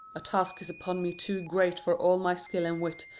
a task is upon me too great for all my skill and wit,